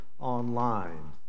online